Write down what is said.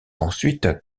ensuite